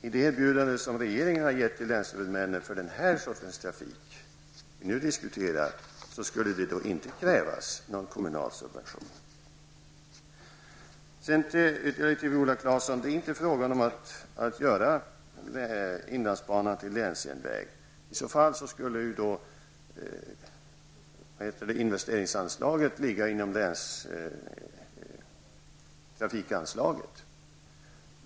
I det erbjudande som regeringen har gett länshuvudmännen för den sorts trafik som vi nu diskuterar skulle det inte krävas någon kommunal subvention. Det är, Viola Claesson, inte fråga om att göra inlandsbanan till länsjärnväg. I så fall skulle investeringsanslaget ligga inom länstrafikanslaget.